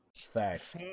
Thanks